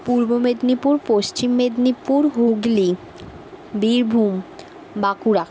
Purba Medinipur Paschim Medinipur Hooghly Birbhum Bankura